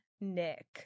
Nick